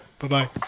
Bye-bye